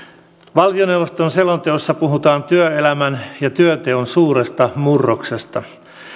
valtioneuvoston selonteossa puhutaan työelämän ja työnteon suuresta murroksesta